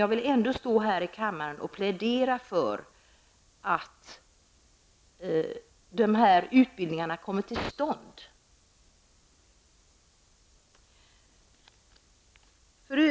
Jag vill ändock stå här i kammaren och plädera för att dessa utbildningar kommer till stånd.